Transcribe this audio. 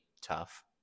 tough